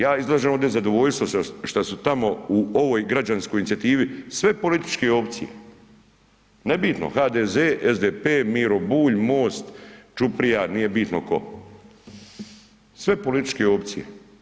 Ja izlažem ovo nezadovoljstvo što su tamo u ovoj građanskoj inicijativi sve političke opcije, nebitno HDZ, SDP, Miro Bulj, MOST, ćuprija, nije bitno tko, sve političke opcije.